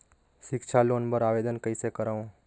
सिक्छा लोन बर आवेदन कइसे करव?